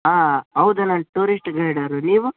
ಹಾಂ ಹೌದ ನಾನು ಟೂರಿಶ್ಟ್ ಗೈಡರು ನೀವು